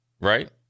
right